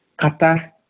kata